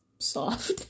soft